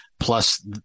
Plus